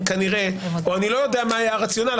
כנראה, או אני לא יודע מה היה הרציונל.